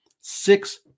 Six